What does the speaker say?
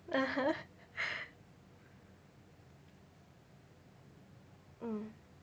(uh huh) mm